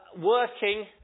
working